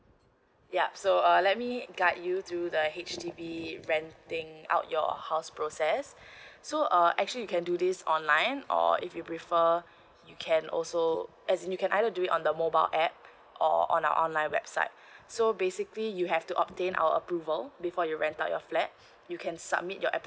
yup so uh let me guide you through the H_D_B renting out your house process so uh actually you can do this online or if you prefer you can also as you can either do it on the mobile app or on our online website so basically you have to obtain our approval before you rent out your flat you can submit your appli~